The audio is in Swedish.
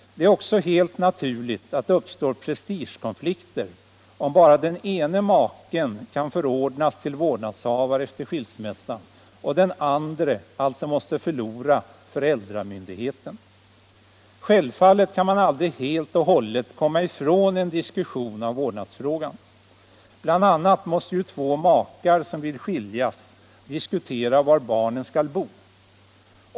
Det är också helt naturligt att det uppstår prestigekonflikter, om bara den ene maken kan förordnas till vårdnadshavare efter skilsmässan och den andre maken alltså måste förlora föräldramyndigheten. Självfallet kan man aldrig helt och hållet komma ifrån en diskussion av vårdnadsfrågan. Bl. a. måste ju två makar som vill skiljas diskutera var barnen skall bo.